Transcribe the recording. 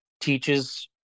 teaches